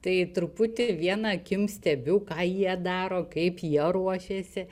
tai truputį viena akim stebiu ką jie daro kaip jie ruošiasi